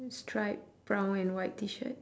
stripe brown and white T-shirt